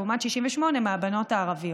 לעומת 68% מהבנות הערביות.